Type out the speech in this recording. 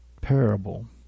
parable